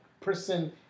person